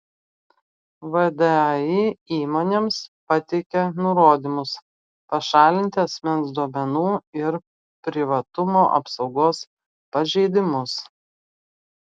vdai įmonėms pateikė nurodymus pašalinti asmens duomenų ir privatumo apsaugos pažeidimus